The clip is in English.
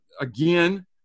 again